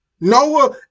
Noah